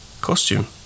costume